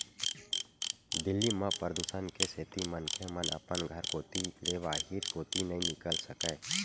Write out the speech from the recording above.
दिल्ली म परदूसन के सेती मनखे मन अपन घर कोती ले बाहिर कोती नइ निकल सकय